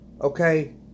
okay